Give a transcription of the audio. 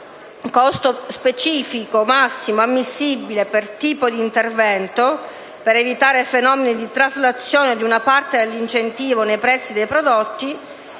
costo specifico massimo ammissibile per tipo d'intervento (per evitare fenomeni di traslazione di una parte dell'incentivo nei prezzi dei prodotti)